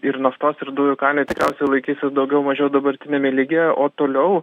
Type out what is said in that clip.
ir naftos ir dujų kaina tikriausiai laikysis daugiau mažiau dabartiniame lygyje o toliau